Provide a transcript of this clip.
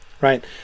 right